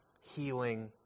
healing